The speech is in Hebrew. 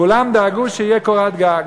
כולם דאגו שתהיה קורת גג.